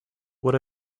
what